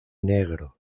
negro